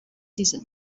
season